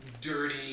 dirty